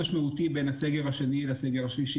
החוק הזה ושהיא לא יודעת על זה שצריך לכסות